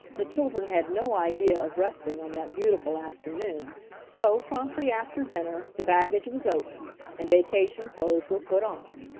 the children had no idea of resting on that beautiful afternoon, so promptly after dinner the baggage was opened, and vacation clothes were put on.